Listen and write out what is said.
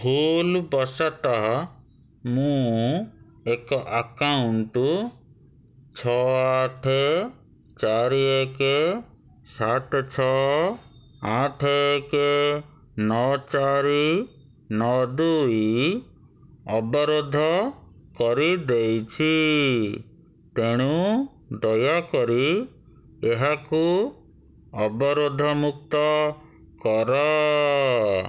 ଭୁଲ ବଶତଃ ମୁଁ ଏକ ଆକାଉଣ୍ଟ ଛଅ ଆଠେ ଚାରି ଏକେ ସାତେ ଛଅ ଆଠେ ଏକେ ନଅ ଚାରି ନଅ ଦୁଇ ଅବରୋଧ କରିଦେଇଛି ତେଣୁ ଦୟାକରି ଏହାକୁ ଅବରୋଧମୁକ୍ତ କର